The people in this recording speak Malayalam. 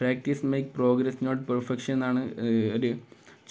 practice make progress not perfection എന്നാണ് ഒരു